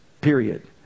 Period